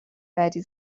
بعدی